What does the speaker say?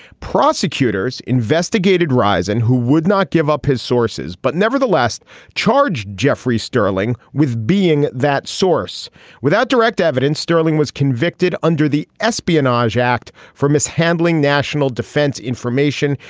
prosecutors investigated risin who would not give up his sources, but nevertheless charged jeffrey sterling with being that source without direct evidence. sterling was convicted under the espionage act for mishandling national defense information.